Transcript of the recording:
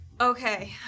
Okay